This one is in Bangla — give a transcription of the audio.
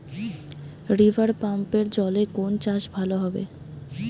রিভারপাম্পের জলে কোন চাষ ভালো হবে?